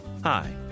Hi